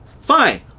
fine